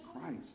Christ